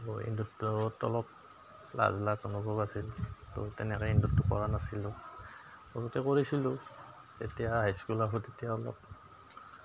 আৰু ইণ্ড'ৰটোত অলপ লাজ লাজ অনুভৱ আছিল ত' তেনেকৈ ইণ্ড'ৰটো কৰা নাছিলোঁ লগতে কৰিছিলোঁ যেতিয়া হাইস্কুল আহো তেতিয়া অলপ